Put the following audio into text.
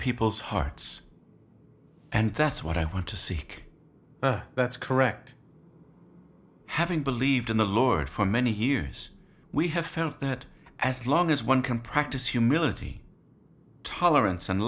people's hearts and that's what i want to seek that's correct having believed in the lord for many years we have felt that as long as one can practice humility tolerance and